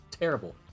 terrible